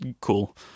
cool